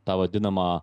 tą vadinamą